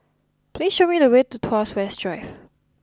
please show me the way to Tuas West Drive